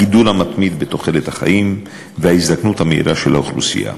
הגידול המתמיד בתוחלת החיים וההזדקנות המהירה של האוכלוסייה,